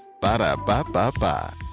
Ba-da-ba-ba-ba